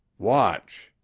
watch.